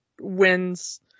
wins